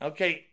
Okay